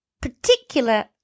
particular